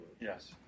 Yes